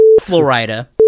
Florida